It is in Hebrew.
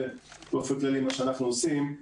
זה באופן כללי מה שאנחנו עושים.